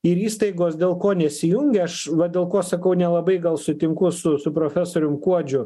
ir įstaigos dėl ko nesijungia aš va dėl ko sakau nelabai gal sutinku su su profesoriumi kuodžiu